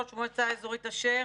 ראש מועצה אזורית אשר,